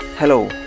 Hello